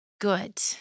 good